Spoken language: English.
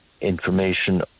information